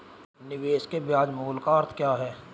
निवेश के ब्याज मूल्य का अर्थ क्या है?